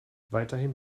weiterhin